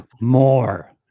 more